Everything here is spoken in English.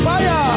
Fire